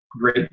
great